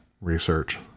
research